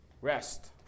rest